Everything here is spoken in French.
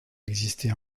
exister